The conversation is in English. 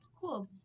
Cool